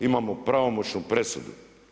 Imamo pravomoćnu presudu.